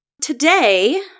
today